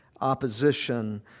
opposition